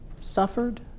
suffered